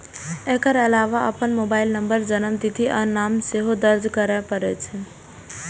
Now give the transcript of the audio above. एकर अलावे अपन mobile number, जन्मतिथि आ नाम सेहो दर्ज करय पड़ै छै